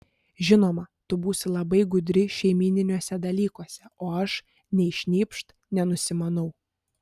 žinoma tu būsi labai gudri šeimyniniuose dalykuose o aš nei šnypšt nenusimanau